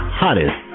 hottest